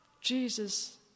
Jesus